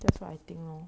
that's what I think lor